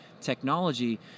technology